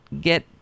get